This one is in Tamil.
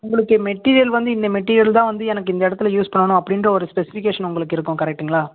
உங்களுக்கு மெட்டீரியல் வந்து இந்த மெட்டீரியல் தான் வந்து எனக்கு இந்த இடத்தில யூஸ் பண்ணனும் அப்படின்ற ஒரு ஸ்பெசிஃபிகேஷன் உங்களுக்கு இருக்கும் கரெக்டுங்களா